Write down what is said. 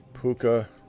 Puka